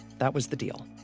that was the deal